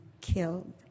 killed